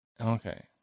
Okay